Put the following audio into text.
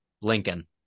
Lincoln